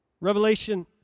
Revelation